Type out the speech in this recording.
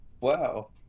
Wow